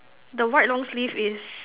the white long sleeve is